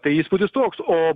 tai įspūdis toks o